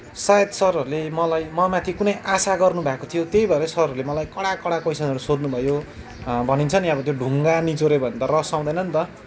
शायद सरहरूले मलाई ममाथि कुना आशा गर्नुभएको थियो त्यही भएर सरहरूले मलाई कडा कडा क्वेसनहरू सोध्नुभयो भनिन्छ नि अब त्यो ढुङ्गा निचोऱ्यो भने त रस आउँदैन नि त